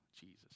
Jesus